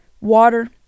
water